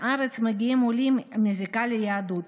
לארץ מגיעים עולים עם זיקה ליהדות,